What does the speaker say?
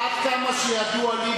עד כמה שידוע לי,